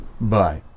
Bye